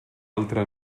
altra